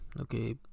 okay